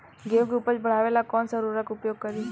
गेहूँ के उपज बढ़ावेला कौन सा उर्वरक उपयोग करीं?